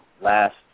last